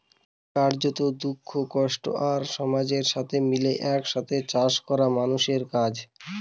কার্যত, দুঃখ, কষ্ট আর সমাজের সাথে মিলে এক সাথে চাষ করা মানুষের কাজ